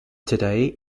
today